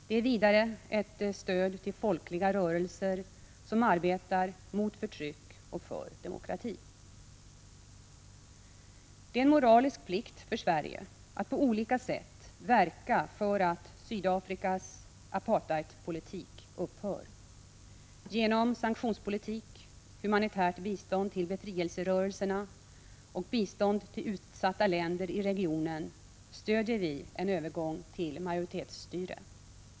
Det är vidare ett stöd till folkliga rörelser som arbetar mot förtryck och för demokrati. Det är en moralisk plikt för Sverige att på olika sätt verka för att Sydafrikas apartheidpolitik upphör. Genom sanktionspolitik, humanitärt bistånd till befrielserörelserna och bistånd till utsatta länder i regionen stödjer vi en övergång till majoritetsstyre.